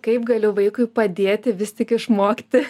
kaip galiu vaikui padėti vis tik išmokti